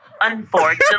Unfortunately